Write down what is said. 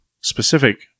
specific